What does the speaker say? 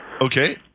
Okay